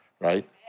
right